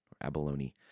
abalone